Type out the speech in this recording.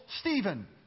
Stephen